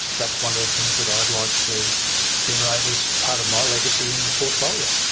that's one of the things that i'd like to generate as part of my legacy in the portfolio.